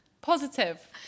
positive